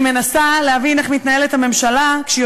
אני מנסה להבין איך מתנהלת הממשלה כשהיא